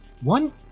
One